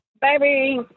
Baby